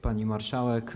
Pani Marszałek!